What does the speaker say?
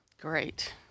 Great